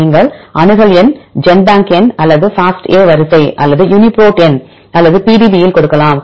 நீங்கள் அணுகல் எண் ஜென்பேங்க் எண் அல்லது FASTA வரிசை அல்லது யூனிபிரோட் எண் அல்லது PDB யில் கொடுக்கலாம்